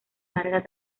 larga